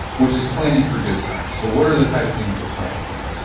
which is planning for good times. so what are the type of things we're planning here?